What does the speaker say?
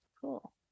Cool